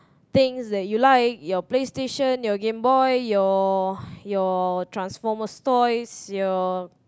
things that you like your PlayStation your GameBoy your your Transformers toys your